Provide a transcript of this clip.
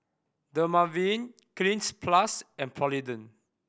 Dermaveen Cleanz Plus and Polident